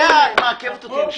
לאה, את מעכבת אותי, נשמה.